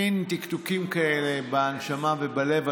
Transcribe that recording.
מין תקתוקים כאלה בנשמה ובלב.